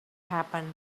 happen